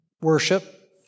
worship